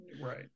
Right